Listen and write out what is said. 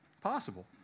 possible